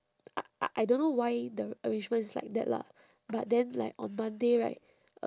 I I I don't know why the arrangement is like that lah but then like on monday right